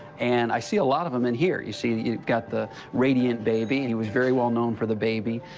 and i see a lot of them in here. you see you've got the radiant baby. he was very well known for the baby.